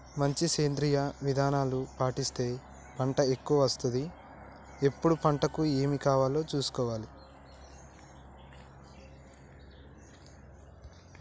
మంచి సేంద్రియ విధానాలు పాటిస్తే పంట ఎక్కవ వస్తది ఎప్పుడు పంటకు ఏమి కావాలో చూసుకోవాలే